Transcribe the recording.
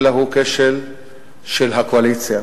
אלא הוא כשל של הקואליציה.